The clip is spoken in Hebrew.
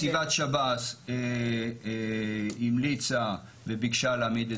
נציבת שב"ס המליצה וביקשה להעמיד את